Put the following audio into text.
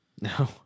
No